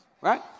right